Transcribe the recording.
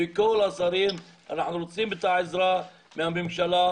אנחנו רוצים את העזרה מהממשלה.